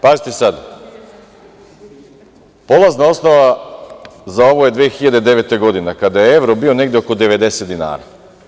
Pazite sad, polazna osnova za ovo je 2009. godina kada je evro bio negde oko 90 dinara.